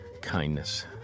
kindness